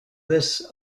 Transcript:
this